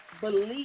believe